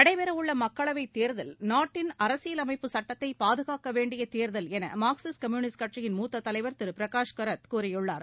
நடைபெற உள்ள மக்களவைத் தேர்தல் நாட்டின் அரசியலமைப்புச் சுட்டத்தை பாதுகாக்க வேண்டிய தேர்தல் என மார்க்சிஸ்ட் கம்யூனிஸ்ட் கட்சியின் மூத்தத் தலைவர் திரு பிரகாஷ் காரத் கூறியுள்ளார்